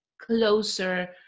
closer